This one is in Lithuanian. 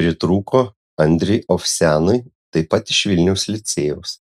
pritrūko andriui ovsianui taip pat iš vilniaus licėjaus